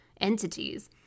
entities